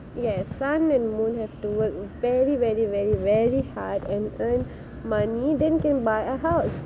yes sun and moon have to work very very very very hard and earn money then can buy a house